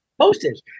postage